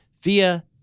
via